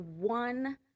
one